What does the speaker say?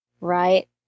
Right